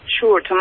Sure